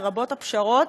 לרבות הפשרות,